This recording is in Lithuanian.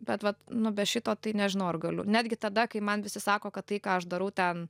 bet vat nu be šito tai nežinau ar galiu netgi tada kai man visi sako kad tai ką aš darau ten